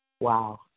Wow